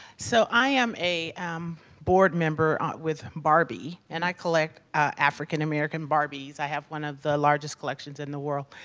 so i am a board member on with barbie and i collect african american barbies. i have one of the largest collections in the world.